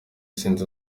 sinzi